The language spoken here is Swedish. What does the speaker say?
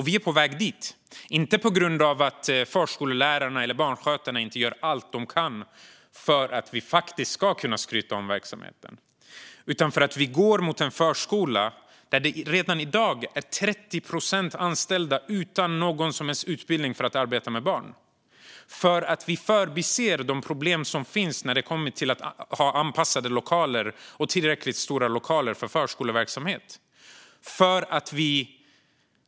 Vi är på väg dit, inte på grund av att förskollärarna eller barnskötarna inte gör allt de kan för att vi faktiskt ska kunna skryta om verksamheten utan för att vi går mot en förskola där redan i dag 30 procent av de anställda inte har någon som helst utbildning för att arbeta med barn. Vi förbiser de problem som finns när det kommer till att ha anpassade och tillräckligt stora lokaler för förskoleverksamhet.